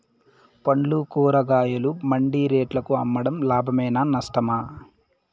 పండ్లు కూరగాయలు మండి రేట్లకు అమ్మడం లాభమేనా నష్టమా?